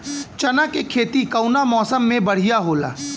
चना के खेती कउना मौसम मे बढ़ियां होला?